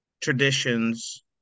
traditions